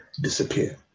disappear